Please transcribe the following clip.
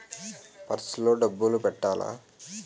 Purse లో డబ్బులు పెట్టలా?